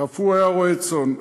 אף הוא היה רועה צאן.